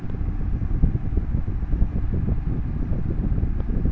প্রথম মাসের কিস্তি কত তারিখের মধ্যেই দিতে হবে?